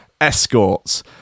escorts